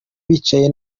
bicaye